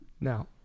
Now